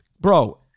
bro